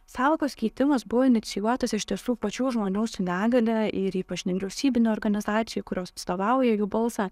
sąvokos keitimas buvo inicijuotas iš tiesų pačių žmonių su negalia ir ypač nevyriausybinių organizacijų kurios atstovauja jų balsą